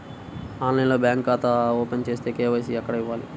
ఆన్లైన్లో బ్యాంకు ఖాతా ఓపెన్ చేస్తే, కే.వై.సి ఎక్కడ ఇవ్వాలి?